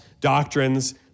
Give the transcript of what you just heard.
doctrines